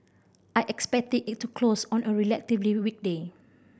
I expect it to close on a relatively weak day